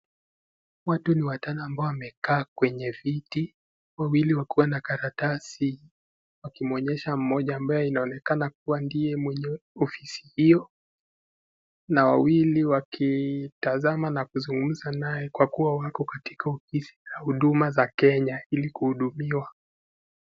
Watu ni watano ambao wamekaa kwenye viti, wawili wakiwa na karatasi ,wakimuonesha mmoja wao, ambaye inaonekana ndiye mwenye ofisi hio, na wawili wakitazama na kuzungumza naye kwa kuwa wako katika ofisi ya huduma za kenya ili kuhudumiwa.